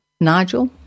Nigel